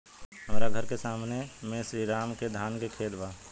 हमर घर के सामने में श्री राम के धान के खेत बा